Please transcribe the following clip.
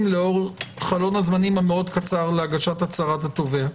לאור חלון הזמנים המאוד קצר להגשת הצהרת התובע.